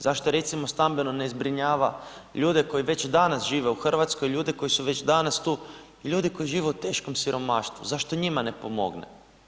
Zašto recimo stambeno zbrinjava ljude koji već danas žive u Hrvatskoj, ljude koji su već danas tu, ljudi koji žive u teškom siromaštvu, zašto njima ne pomogne?